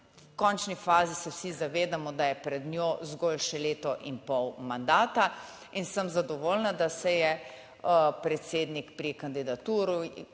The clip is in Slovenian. V končni fazi se vsi zavedamo, da je pred njo zgolj še leto in pol mandata in sem zadovoljna, da se je predsednik pri kandidaturi